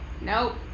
Nope